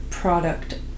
product